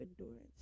endurance